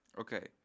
Okay